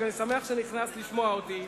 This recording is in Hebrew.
אני שמח שנכנסת לשמוע אותי,